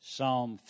Psalm